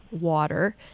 water